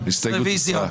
הצבעה ההסתייגות לא התקבלה.